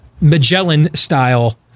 Magellan-style